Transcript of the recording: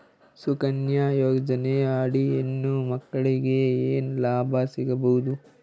ಸುಕನ್ಯಾ ಯೋಜನೆ ಅಡಿ ಹೆಣ್ಣು ಮಕ್ಕಳಿಗೆ ಏನ ಲಾಭ ಸಿಗಬಹುದು?